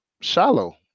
Shallow